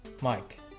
Mike